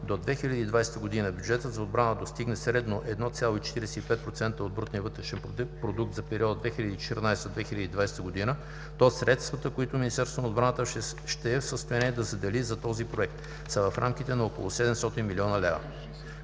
до 2020 г. бюджетът за отбрана достигне средно 1,45% от БВП за периода 2014 – 2020 г., то средствата, които Министерството на отбраната ще е в състояние да задели за този проект, са в рамките на около 700 млн. лв.